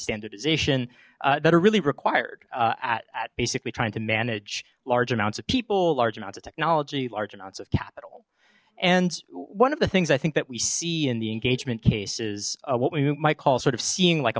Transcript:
standardization that are really required at basically trying to manage large amounts of people large amounts of technology large amounts of capital and one of the things i think that we see in the engagement case is what we might call sort of seeing like a